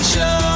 Show